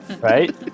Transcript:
Right